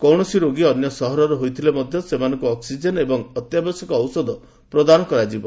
କୌଣସି ରୋଗୀ ଅନ୍ୟ ସହରର ହୋଇଥିଲେ ମଧ୍ୟ ସେମାନଙ୍କୁ ଅକ୍ନିଜେନ୍ ଓ ଅତ୍ୟାବଶ୍ୟକ ଔଷଧ ପ୍ରଦାନ କରାଯିବ